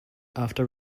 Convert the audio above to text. after